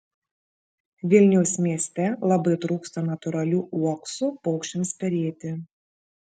vilniaus mieste labai trūksta natūralių uoksų paukščiams perėti